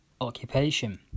Occupation